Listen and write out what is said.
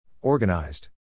Organized